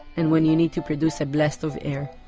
and when you need to produce a blast of air